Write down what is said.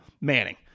Manning